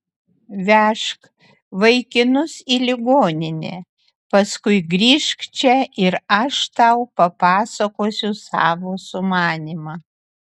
vežk vaikinus į ligoninę paskui grįžk čia ir aš tau papasakosiu savo sumanymą